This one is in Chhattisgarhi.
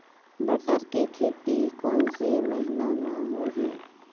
बटर के खेती कोन से महिना म होही?